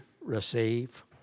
receive